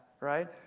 right